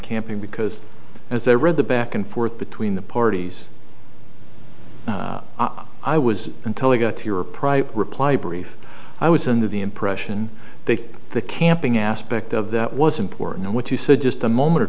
camping because as i read the back and forth between the parties i was until i got to your private reply brief i was in the impression that the camping aspect of that was important what you said just a moment or